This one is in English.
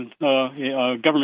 government